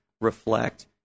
reflect